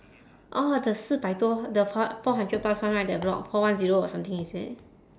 orh the 四百多 the four four hundred plus one right that block four one zero or something is it